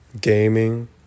gaming